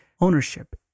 Ownership